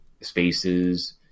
spaces